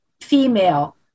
female